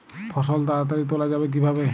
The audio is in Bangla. ফসল তাড়াতাড়ি তোলা যাবে কিভাবে?